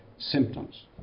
symptoms